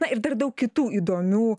na ir dar daug kitų įdomių